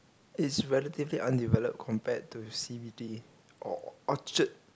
is relatively undeveloped compared to C_B_D or Orchard